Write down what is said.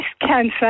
cancer